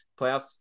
playoffs